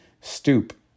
stoop